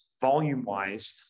volume-wise